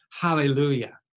Hallelujah